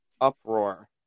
uproar